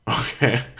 okay